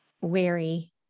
wary